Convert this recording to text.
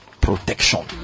protection